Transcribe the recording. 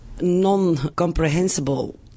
non-comprehensible